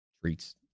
treats